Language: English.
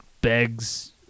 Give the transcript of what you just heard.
begs